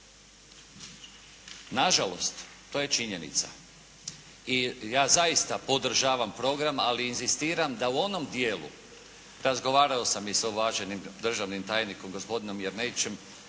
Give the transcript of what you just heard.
Na žalost, to je činjenica i ja zaista podržavam program, ali inzistiram da u onom dijelu razgovarao sam i sa ovlaštenim državnim tajnikom gospodinom Jerneičem